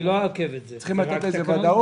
אנחנו צריכים לתת לזה ודאות.